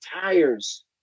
tires